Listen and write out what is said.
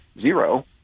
zero